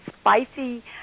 spicy